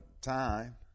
time